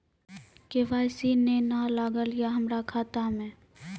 KYC ने न लागल या हमरा खाता मैं?